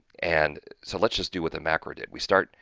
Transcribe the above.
and so let's just do with a macro did. we start,